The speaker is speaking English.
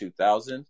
2000